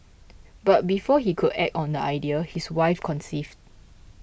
but before he could act on the idea his wife conceived